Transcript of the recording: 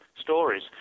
stories